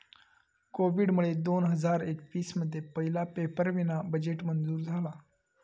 कोविडमुळे दोन हजार एकवीस मध्ये पहिला पेपरावीना बजेट मंजूर झाला